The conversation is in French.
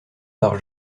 par